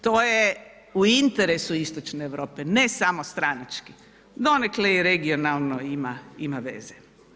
To je u interesu Istočne Europe, ne samo stranački, donekle i regionalno ima veze.